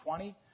20